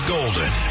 Golden